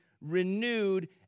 renewed